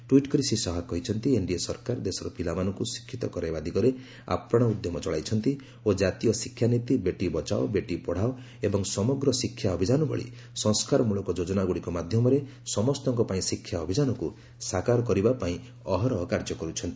tweet କରି ଶ୍ରୀ ଶାହା କହିଛନ୍ତି NDA ସରକାର ଦେଶର ପିଲାମାନଙ୍କୁ ଶିକ୍ଷିତ କରାଇବା ଦିଗରେ ଆପ୍ରାଣ ଉଦ୍ୟମ ଚଳାଇଛନ୍ତି ଓ ଜାତୀୟ ଶିକ୍ଷାନୀତି ବେଟି ବଚାଓ ବେଟି ପଢ଼ାଓ ଏବଂ ସମଗ୍ର ଶିକ୍ଷାଅଭିଯାନ ଭଳି ସଂସ୍କାରମ୍ବଳକ ଯୋଜନାଗୁଡ଼ିକ ମାଧ୍ୟମରେ 'ସମସ୍ତଙ୍କ ପାଇଁ ଶିକ୍ଷା' ଅଭିଯାନକୁ ସାକାର କରିବା ପାଇଁ ଅହରହ କାର୍ଯ୍ୟ କର୍ରଚ୍ଚନ୍ତି